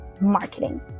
marketing